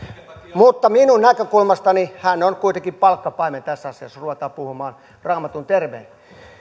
mutta minun näkökulmastani hän on kuitenkin palkkapaimen tässä asiassa jos ruvetaan puhumaan raamatun termein